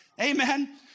Amen